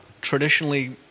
traditionally